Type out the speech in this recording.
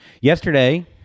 Yesterday